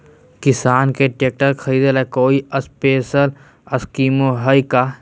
किसान के ट्रैक्टर खरीदे ला कोई स्पेशल स्कीमो हइ का?